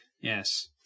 Yes